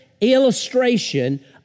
illustration